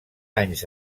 anys